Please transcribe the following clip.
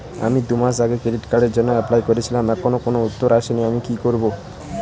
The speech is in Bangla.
আমি দুমাস আগে ক্রেডিট কার্ডের জন্যে এপ্লাই করেছিলাম এখনো কোনো উত্তর আসেনি আমি কি করব?